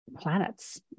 planets